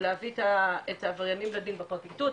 להביא את העבריינים לדין בפרקליטות,